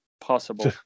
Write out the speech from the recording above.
Possible